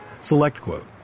SelectQuote